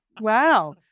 Wow